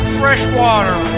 freshwater